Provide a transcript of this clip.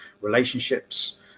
relationships